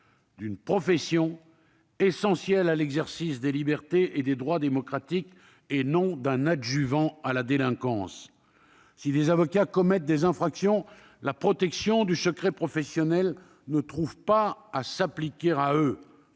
-d'une profession fondamentale pour l'exercice des libertés et des droits démocratiques, et non d'un adjuvant de la délinquance. Si certains avocats commettent des infractions, la protection du secret professionnel ne trouve pas à s'appliquer.